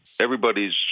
everybody's